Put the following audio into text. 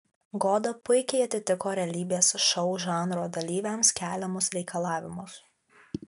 goda puikiai atitiko realybės šou žanro dalyviams keliamus reikalavimus